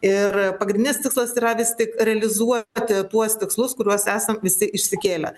ir pagrindinis tikslas yra vis tik realizuoti tuos tikslus kuriuos esam visi išsikėlę